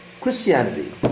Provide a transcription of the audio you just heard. Christianity